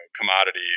commodity